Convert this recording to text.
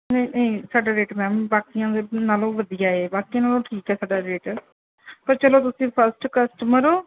ਨਹੀਂ ਨਹੀਂ ਸਾਡਾ ਰੇਟ ਮੈਮ ਬਾਕੀਆਂ ਦੇ ਨਾਲੋਂ ਵਧੀਆ ਹੈ ਬਾਕੀਆਂ ਨਾਲੋਂ ਠੀਕ ਆ ਸਾਡਾ ਰੇਟ ਪਰ ਚਲੋ ਤੁਸੀਂ ਫਸਟ ਕਸਟਮਰ ਹੋ